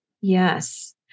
Yes